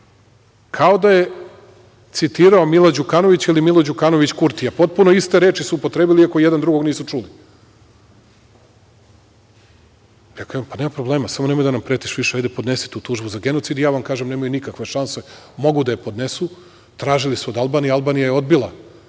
kao da je citirao Mila Đukanovića ili Milo Đukanović Kurtija. Potpuno iste reči su upotrebili, iako jedan drugog nisu čuli. Kažem – pa, nema problema, samo nemoj da nam pretiš više. Hajde, podnesi tu tužbu za genocid. Ja vam kažem, nemaju nikakve šanse. Mogu da je podnesu. Tražili su od Albanije Albanija je odbila